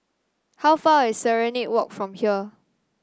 how far is Serenade Walk from here